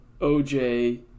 OJ